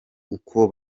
uko